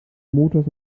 motors